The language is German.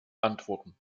antworten